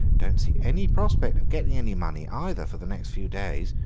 don't see any prospect of getting any money, either, for the next few days.